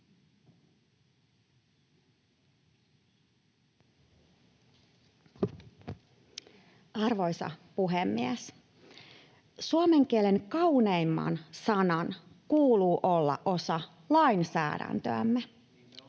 Arvoisa puhemies! Suomen kielen kauneimman sanan kuuluu olla osa lainsäädäntöämme.